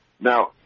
Now